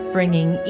bringing